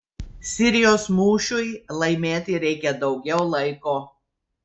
sirijos mūšiui laimėti reikia daugiau laiko